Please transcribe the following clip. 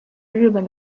日本